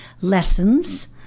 lessons